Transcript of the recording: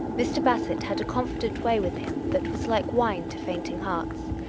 mr. bassett had a confident way with him that was like wine to fainting hearts,